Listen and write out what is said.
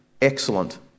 excellent